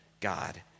God